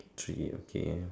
three okay